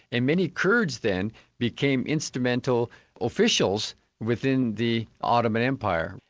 and many kurds then became instrumental officials within the ottoman empire,